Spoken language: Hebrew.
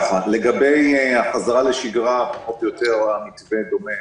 לגבי החזרה לשגרה פחות או יותר המתווה דומה